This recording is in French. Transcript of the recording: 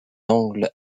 angles